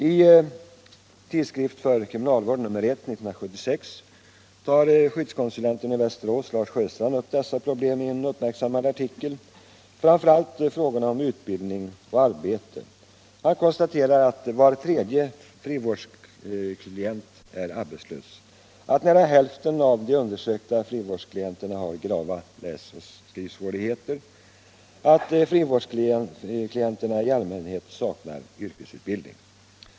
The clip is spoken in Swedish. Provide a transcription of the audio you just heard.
I Tidskrift för kriminalvård nr 1 1976 tar skyddskonsulenten i Västerås Lars Sjöstrand upp dessa problem i en uppmärksammad artikel, framför allt vad gäller frågorna om utbildning och arbete. Han konstaterar att var tredje frivårdsklient är arbetslös, att nära hälften av de undersökta frivårdsklienterna har grava läsoch skrivsvårigheter och att frivårdsklienterna i allmänhet saknar yrkesutbildning.